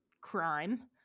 crime